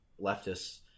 leftists